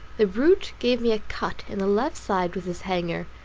the brute gave me a cut in the left side with his hanger,